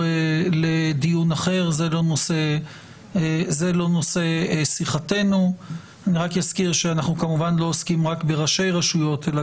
לא רק מדובר רק בכתובת ושם, אלא